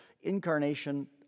Incarnation